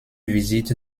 visite